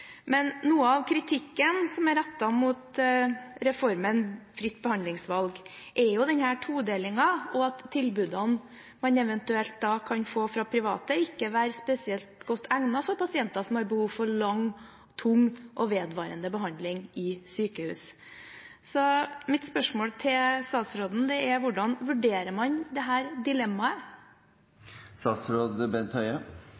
Men noe av kritikken som er rettet mot reformen fritt behandlingsvalg, er jo denne todelingen, og at tilbudene man eventuelt da kan få fra private, ikke vil være spesielt godt egnet for pasienter som har behov for lang, tung og vedvarende behandling i sykehus. Mitt spørsmål til statsråden er: Hvordan vurderer man